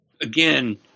again